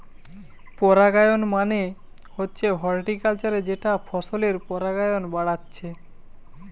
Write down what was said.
পরাগায়ন মানে হচ্ছে হর্টিকালচারে যেটা ফসলের পরাগায়ন বাড়াচ্ছে